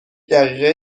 دقیقه